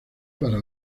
para